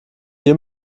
hier